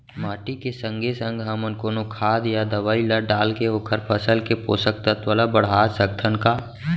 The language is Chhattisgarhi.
माटी के संगे संग हमन कोनो खाद या दवई ल डालके ओखर फसल के पोषकतत्त्व ल बढ़ा सकथन का?